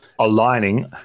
Aligning